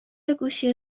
گوشی